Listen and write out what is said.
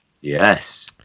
Yes